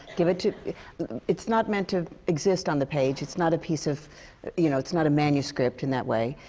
give it to it's not meant to exist on the page. it's not a piece of you know, it's not a manuscript, in that way.